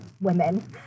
women